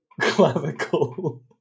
clavicle